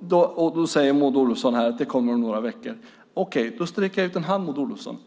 Då säger Maud Olofsson här att det kommer om några veckor. Okej, då sträcker jag ut en hand, Maud Olofsson.